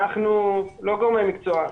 אנחנו לא גורמי מקצוע,